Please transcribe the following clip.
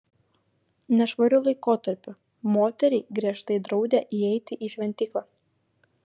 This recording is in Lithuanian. nešvariu laikotarpiu moteriai griežtai draudė įeiti į šventyklą